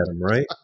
right